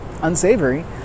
unsavory